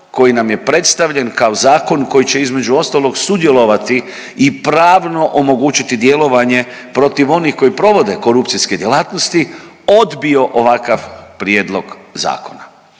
koji nam je predstavljane kao zakon koji će između ostalog i sudjelovati i pravno omogućiti djelovanje protiv onih koji provode korupcijske djelatnosti odbio ovakav prijedlog zakona.